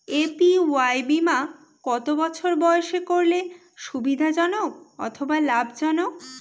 APY বীমা কত বছর বয়সে করলে সুবিধা জনক অথবা লাভজনক?